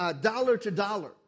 dollar-to-dollar